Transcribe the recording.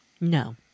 No